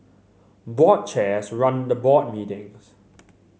board chairs run the board meetings